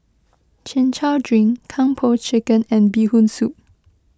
Chin Chow Drink Kung Po Chicken and Bee Hoon Soup